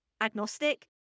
agnostic